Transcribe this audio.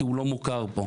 כי הוא לא מוכר פה.